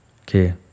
Okay